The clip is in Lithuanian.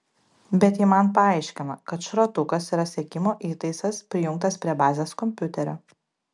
bet ji man paaiškina kad šratukas yra sekimo įtaisas prijungtas prie bazės kompiuterio